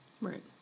Right